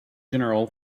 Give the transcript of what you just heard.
general